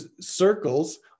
circles